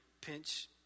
pinch